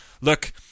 Look